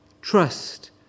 Trust